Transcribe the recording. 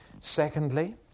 Secondly